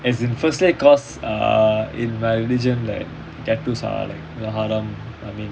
as in firstly cause in my religion like tattoos are like haram I mean